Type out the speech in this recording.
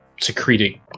secreting